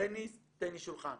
טניס, טניס שולחן.